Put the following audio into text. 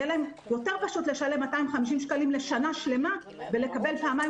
יהיה להם פשוט יותר לשלם 250 שקלים לשנה שלמה ולקבל פעמיים